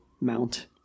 mount